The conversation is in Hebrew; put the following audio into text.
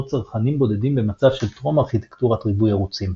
צרכנים בודדים במצב של טרום ארכיטקטורת ריבוי-ערוצים.